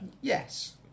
Yes